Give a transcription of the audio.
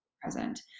present